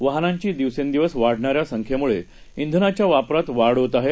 वाहनांची दिवसेंदिवस वाढणाऱ्या संख्येमुळे श्विनाच्या वापरात वाढ होत आहे